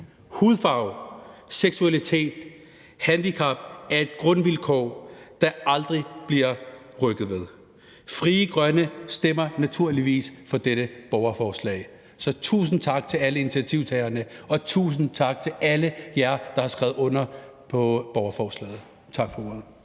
hudfarve, seksualitet og handicap er et grundvilkår, der aldrig bliver rykket ved. Frie Grønne stemmer naturligvis for dette borgerforslag, så tusind tak til alle initiativtagerne, og tusind tak til alle jer, der har skrevet under på borgerforslaget. Tak for ordet.